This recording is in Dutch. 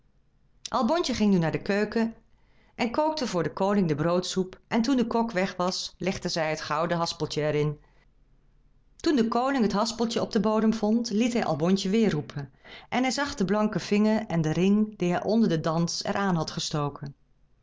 albontje ging nu naar de keuken en kookte voor den koning de broodsoep en toen de kok weg was legde zij het gouden haspeltje er in toen de koning het haspeltje op den bodem vond liet hij albontje weer roepen en hij zag den blanken vinger en den ring die hij onder den dans er aan had gestoken